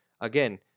Again